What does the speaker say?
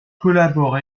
collabore